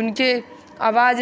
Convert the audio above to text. उनके आवाज